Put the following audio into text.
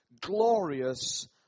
glorious